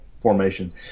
formation